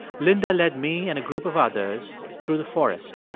linda led me and a group of others through the forest.